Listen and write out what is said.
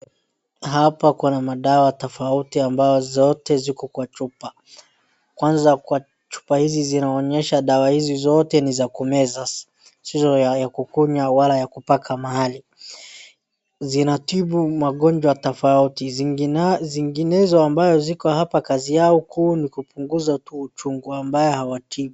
hapa kuna madawa tofauti ambazo zote ziko kwa chupa kwanza kwa chupa hizi zote zinainyesha dawa hizi zote ni za kumeza sio za kunywa wala kupaka mahali zinatibu magonjwa tofauti zinginezo ambazo ziko hapa kazi yao kuu ni kupunguza uchungu